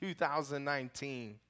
2019